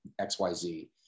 xyz